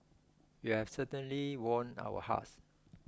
you've certainly won our hearts